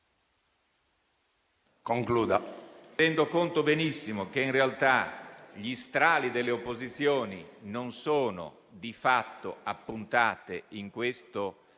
concluda.